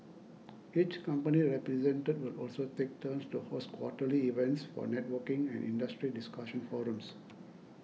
each company represented will also take turns to host quarterly events for networking and industry discussion forums